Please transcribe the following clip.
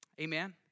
Amen